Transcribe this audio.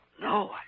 No